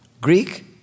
Greek